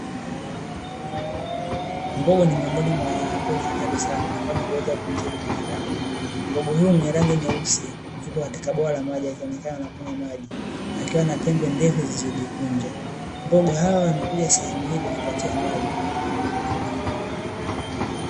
Mbogo ni miongoni mwa wanyamapori hatari sana, kwani huweza kumdhuri mwanadamu. Mbogo huyu mwenye rangi nyeusi, yupo katika bwawa la maji akionekana anakunywa maji, akiwa na pembe ndefu zilizojikunja. Mbogo hawa wamekuja sehemu hii kujipatia maji.